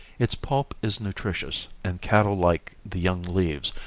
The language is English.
its pulp is nutritious and cattle like the young leaves,